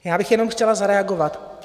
Já bych jenom chtěla zareagovat.